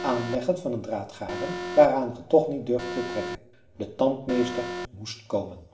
aanleggen van een draad garen waaraan ge toch niet durfdet trekken de tandmeester moest komen